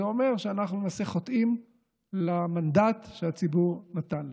זה אומר שאנחנו למעשה חוטאים למנדט שהציבור נתן לנו.